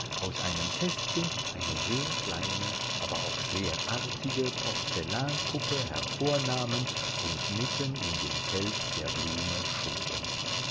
aus einem kästchen eine sehr kleine aber auch sehr artige porzellanpuppe hervornahmen und mitten in den kelch der blume schoben